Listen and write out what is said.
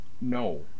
No